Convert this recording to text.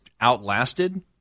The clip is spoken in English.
outlasted